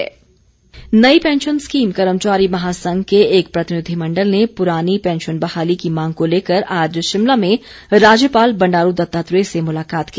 NPS प्रतिनिधिमण्डल नई pension scheme कर्मचारी महासंघ के एक प्रतिनिधि मण्डल ने पुरानी पैंशन बहाली की मांग को लेकर आज शिमला में राज्यपाल बंडारू दत्तात्रेय से मुलाकात की